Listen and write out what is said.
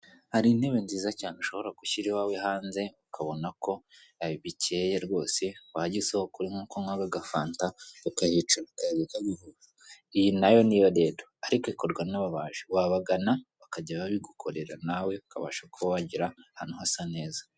Hari intebe nziza cyane ushobora gushyira iwawe hanze ukabona ko bikeye rwose wajya isoko uri nko kunywa nk'agafanta ukahicara iyi nayo ni ariko ikorwa n'ababaji wabagana bakajya babigukorera nawe ukabasha kuba wagira ahantu hasa neza.